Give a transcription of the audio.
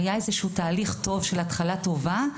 והיה תהליך עם התחלה טובה,